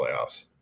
playoffs